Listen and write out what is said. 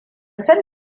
san